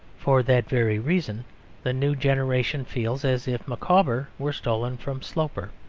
for that very reason the new generation feels as if micawber were stolen from sloper.